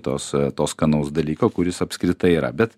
tos to skanaus dalyko kuris apskritai yra bet